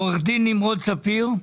עו"ד נמרוד ספיר.